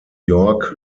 york